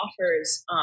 offers